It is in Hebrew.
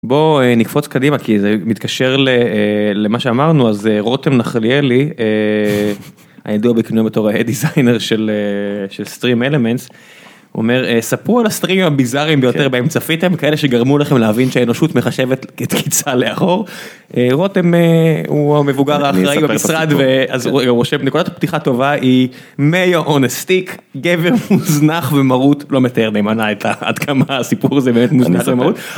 בוא נקפוץ קדימה כי זה מתקשר למה שאמרנו, אז רותם נחליאלי, הידוע בכינויו בתור הדיזיינר של של סטרים אלמנטס. אומר: ספרו על הסטרימים הביזארים ביותר בהם צפיתם כאלה שגרמו לכם להבין שהאנושות מחשבת את קיצה לאחור. רותם הוא המבוגר האחראי במשרד ורושם נקודת הפתיחה טובה היא: male on a stick גבר מוזנח ומרוט לא מתאר נאמנה עד כמה הסיפור הזה באמת מוזנח ומרוט